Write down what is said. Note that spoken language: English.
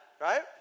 right